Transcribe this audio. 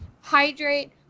hydrate